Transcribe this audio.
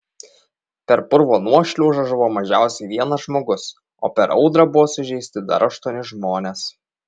per purvo nuošliaužą žuvo mažiausiai vienas žmogus o per audrą buvo sužeisti dar aštuoni žmonės